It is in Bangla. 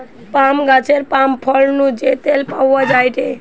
পাম গাছের পাম ফল নু যে তেল পাওয়া যায়টে